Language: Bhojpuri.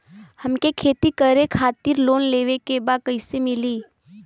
हमके खेती करे खातिर लोन लेवे के बा कइसे मिली?